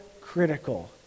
critical